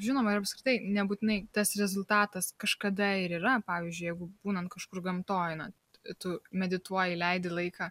žinoma ir apskritai nebūtinai tas rezultatas kažkada ir yra pavyzdžiui jeigu būnant kažkur gamtoj einant tu medituoji leidi laiką